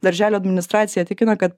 darželio administracija tikina kad